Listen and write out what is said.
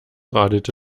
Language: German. radelte